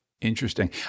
Interesting